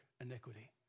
iniquity